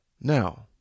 Now